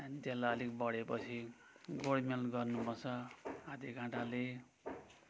त्यहाँदेखिन् त्यसलाई अलिक बढेपछि गोडमेल गर्नु पर्छ हाते काँटाले